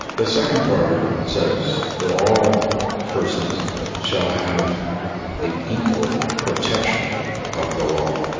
the second part of it says that all persons shall have the equal protection of the law.